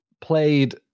played